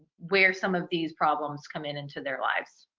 where some of these problems come in into their lives.